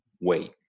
wait